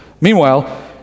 Meanwhile